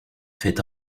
fait